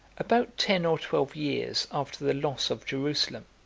about ten or twelve years after the loss of jerusalem,